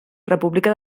república